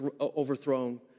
overthrown